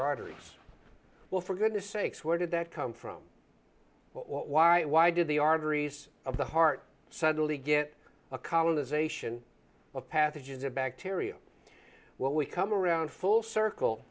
arteries well for goodness sakes where did that come from why why did the arteries of the heart suddenly get a colonization of pathogens a bacteria when we come around full circle